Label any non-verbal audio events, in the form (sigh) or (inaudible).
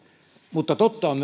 mutta totta on (unintelligible)